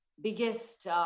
biggest